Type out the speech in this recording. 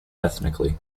ethnically